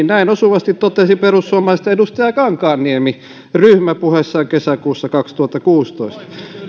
näin osuvasti totesi perussuomalaisten edustaja kankaanniemi ryhmäpuheessaan kesäkuussa kaksituhattakuusitoista